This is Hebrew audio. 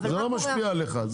זה לא משפיע עליך.